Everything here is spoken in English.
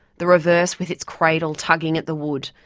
the reverse with its cradle tugging at the wood,